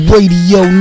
Radio